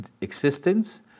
existence